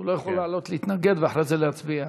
הוא לא יכול לעלות להתנגד ואחרי זה להצביע.